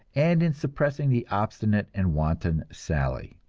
and in suppressing the obstinate and wanton sally.